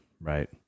right